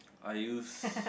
I use